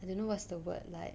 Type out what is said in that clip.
I don't know what's the word like